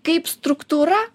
kaip struktūra